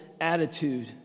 attitude